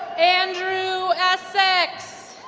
andrew essex